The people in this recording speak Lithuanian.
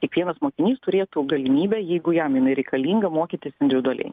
kiekvienas mokinys turėtų galimybę jeigu jam reikalinga mokytis individualiai